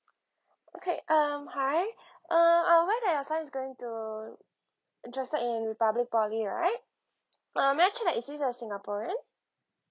okay um hi uh I'm aware that your son is going to interested in republic poly right uh may I check that is he's a singaporean